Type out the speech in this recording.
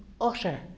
utter